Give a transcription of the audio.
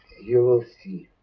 you will see